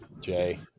Jay